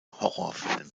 horrorfilm